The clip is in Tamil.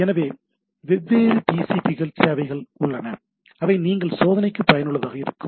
எனவே வெவ்வேறு டிசிபி சேவையகங்கள் உள்ளன அவை நீங்கள் சோதனைக்கு பயனுள்ளதாக இருக்கும்